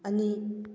ꯑꯅꯤ